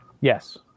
Yes